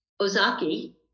Ozaki